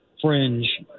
fringe